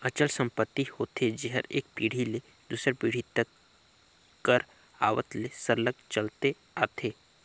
अचल संपत्ति होथे जेहर एक पीढ़ी ले दूसर पीढ़ी तक कर आवत ले सरलग चलते आथे